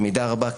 במידה רבה,